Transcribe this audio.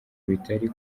bitari